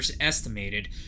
estimated